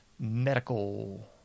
medical